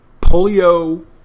polio